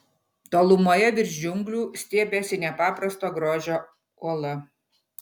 tolumoje virš džiunglių stiebėsi nepaprasto grožio uola